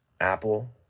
Apple